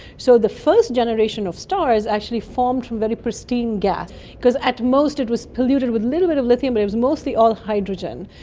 so the first generation of stars actually formed from very pristine gas because at most of it was polluted with a little bit of lithium but it was mostly all hydrogen.